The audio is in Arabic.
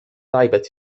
تعبت